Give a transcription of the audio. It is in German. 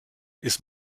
ist